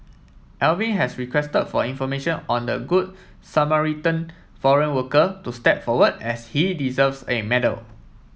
Alvin has requested for information on the Good Samaritan foreign worker to step forward as he deserves a medal